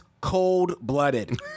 cold-blooded